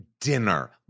dinner